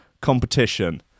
competition